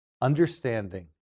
understanding